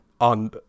on